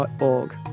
org